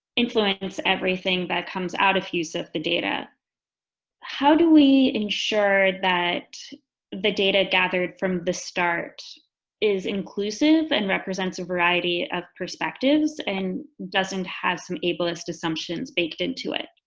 influence everything that comes out of use of the data how do we ensure that the data gathered from the start is inclusive and represents a variety of perspectives and doesn't have some ablest assumptions baked into it.